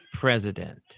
president